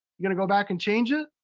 you gonna go back and change it?